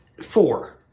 Four